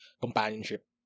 companionship